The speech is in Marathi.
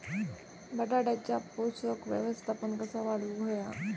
बटाट्याचा पोषक व्यवस्थापन कसा वाढवुक होया?